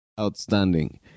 outstanding